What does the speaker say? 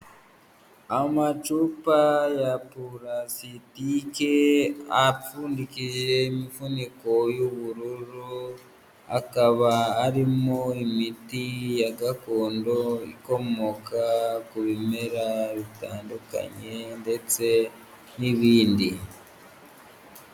Amacupa ya purasitike, apfundikije imifuniko y'ubururu, akaba arimo imiti ya gakondo ikomoka ku bimera bitandukanye ndetse n'ibindi.